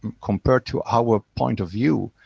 compared to our point of view,